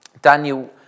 Daniel